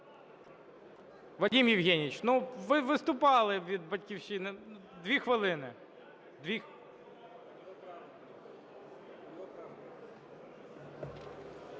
Вадим Євгенійович, ну, ви виступали від "Батьківщини". 2 хвилини.